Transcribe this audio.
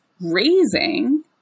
raising